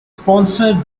sponsored